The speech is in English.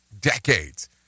Decades